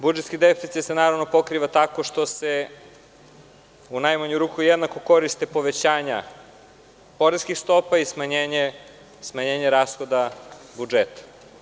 Budžetski deficit se, naravno, pokriva tako što se u najmanju ruku jednako koriste povećanja poreskih stopa i smanjenje rashoda budžeta.